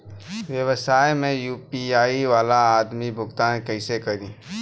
व्यवसाय में यू.पी.आई वाला आदमी भुगतान कइसे करीं?